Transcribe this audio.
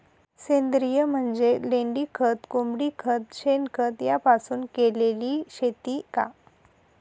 सेंद्रिय म्हणजे लेंडीखत, कोंबडीखत, शेणखत यापासून केलेली शेती का?